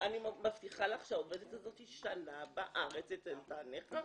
אני מבטיחה לך שהעובדת הזאת שנה בארץ אצל הנכה.